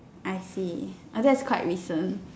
I see ah that's quite recent